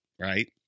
right